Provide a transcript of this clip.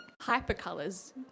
hyper-colours